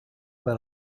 vers